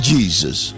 Jesus